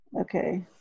Okay